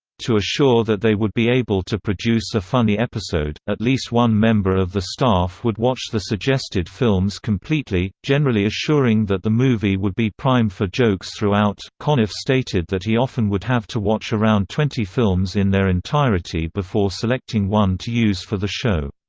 to assure that they would be able to produce a funny episode, at least one member of the staff would watch the suggested films completely, generally assuring that the movie would be prime for jokes throughout conniff stated that he often would have to watch around twenty films in their entirety before selecting one to use for the show.